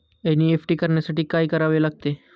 NEFT करण्यासाठी काय करावे लागते?